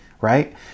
right